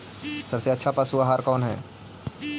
सबसे अच्छा पशु आहार कौन है?